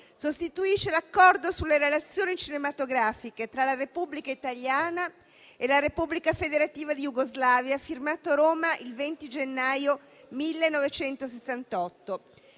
sostituisce l'Accordo sulle relazioni cinematografiche tra la Repubblica italiana e la Repubblica federativa di Jugoslavia, firmato a Roma il 20 gennaio 1968.